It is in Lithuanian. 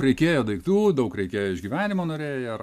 reikėjo daiktų daug reikėjo iš gyvenimo norėjo ar